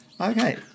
Okay